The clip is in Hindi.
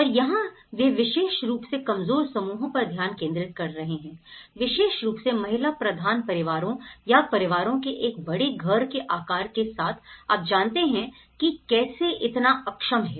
और यहां वे विशेष रूप से कमजोर समूहों पर ध्यान केंद्रित कर रहे हैं विशेष रूप से महिला प्रधान परिवारों या परिवारों के एक बड़े घर के आकार के साथ आप जानते हैं कि कैसे इतना अक्षम है